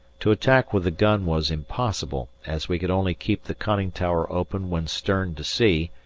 to attack with the gun was impossible, as we could only keep the conning tower open when stern to sea,